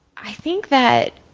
i think that